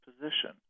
position